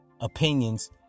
opinions